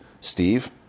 Steve